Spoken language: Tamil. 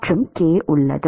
மற்றும் K உள்ளது